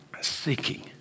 Seeking